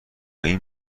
این